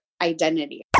identity